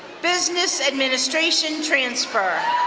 business administration transfer.